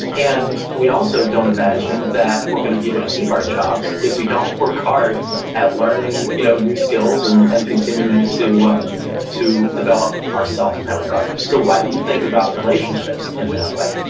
and we also don't imagine that we're going to be able to keep our jobs if we don't work hard at learning you know new skills and and continuing to um to develop ourselves in that regard so why do we think about relationships in that way?